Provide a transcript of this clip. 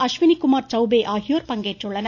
அஷ்வினிகுமார் சௌபே ஆகியோர் பங்கேற்றுள்ளனர்